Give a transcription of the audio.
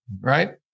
Right